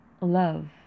love